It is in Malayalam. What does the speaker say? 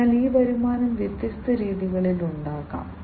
അതിനാൽ ഈ വരുമാനം വ്യത്യസ്ത രീതികളിൽ ഉണ്ടാക്കാം